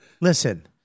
Listen